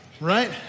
right